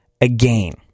again